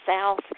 South